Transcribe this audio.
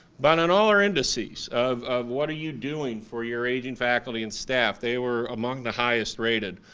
but in all our indicies of of what are you doing for your aging faculty and staff, they were among the highest rated.